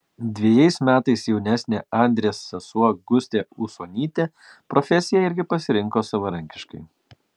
dvejais metais jaunesnė andrės sesuo gustė usonytė profesiją irgi pasirinko savarankiškai